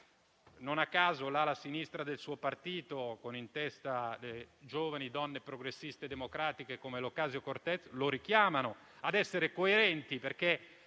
Non a caso, l'ala sinistra del suo partito, con in testa giovani donne progressiste e democratiche come Ocasio-Cortez, lo richiama a essere coerente, perché